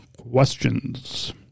questions